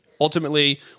ultimately